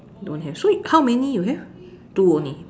don't have so how many you have two only